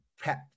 pet